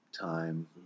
time